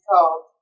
called